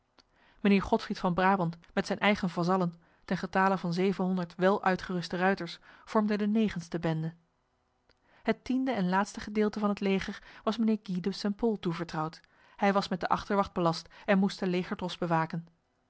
mijnheer godfried van brabant met zijn eigen vazallen ten getale van zevenhonderd wel uitgeruste ruiters vormde de negenste bende het tiende en laatste gedeelte van het leger was mijnheer guy de st pol toevertrouwd hij was met de achterwacht belast en moest de legertros bewaken